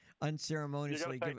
unceremoniously